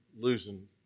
losing